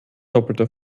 doppelter